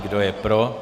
Kdo je pro?